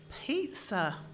pizza